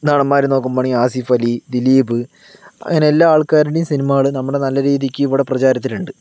നടന്മാരെ നോക്കുമ്പോഴാണേൽ ആസിഫലി ദിലീപ് അങ്ങനെ എല്ലാ ആൾക്കാരുടെയും സിനിമ നമ്മള് നല്ല രീതിക്ക് ഇവിടെ പ്രചാരത്തിലുണ്ട്